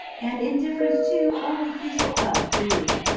and indifference to or refusal of food.